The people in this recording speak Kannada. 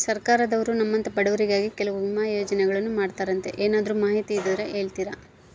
ಸರ್ಕಾರದವರು ನಮ್ಮಂಥ ಬಡವರಿಗಾಗಿ ಕೆಲವು ವಿಮಾ ಯೋಜನೆಗಳನ್ನ ಮಾಡ್ತಾರಂತೆ ಏನಾದರೂ ಮಾಹಿತಿ ಇದ್ದರೆ ಹೇಳ್ತೇರಾ?